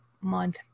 month